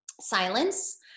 silence